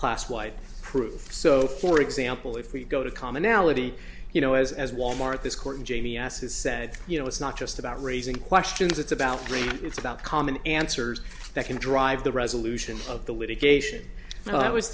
class white proof so for example if we go to commonality you know as as wal mart this court jamie s is said you know it's not just about raising questions it's about greed it's about common answers that can drive the resolution of the litigation well that was